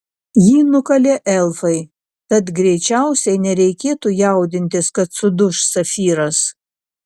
jį nukalė elfai tad greičiausiai nereikėtų jaudintis kad suduš safyras